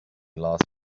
last